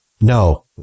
No